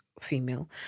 female